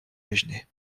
déjeuner